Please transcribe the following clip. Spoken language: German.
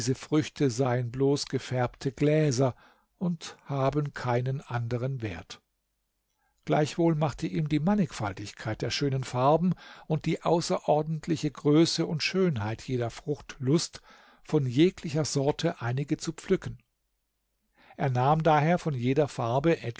früchte seien bloß gefärbte gläser und haben keinen anderen wert gleichwohl machte ihm die mannigfaltigkeit der schönen farben und die außerordentliche größe und schönheit jeder frucht lust von jeglicher sorte einige zu pflücken er nahm daher von jeder farbe